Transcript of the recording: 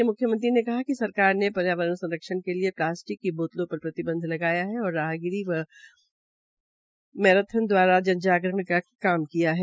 म्ख्यमंत्री ने कहा कि सरकार ने पर्यावरण संरक्षण के लिए प्लास्टिक की बोतलों पर प्रतिबंध लगाया है और राहगिरी व मैराथन दवारा जागजागरण का काम कियाहै